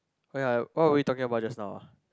oh ya what were we talking about just now